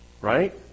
right